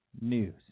news